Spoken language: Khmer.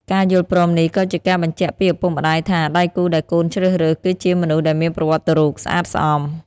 ការយល់ព្រមនេះក៏ជាការបញ្ជាក់ពីឪពុកម្ដាយថា ដៃគូដែលកូនជ្រើសរើសគឺជាមនុស្សដែលមានប្រវត្តិរូបស្អាតស្អំ។